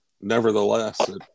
nevertheless